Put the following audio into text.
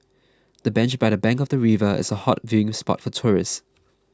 the bench by the bank of the river is a hot viewing spot for tourists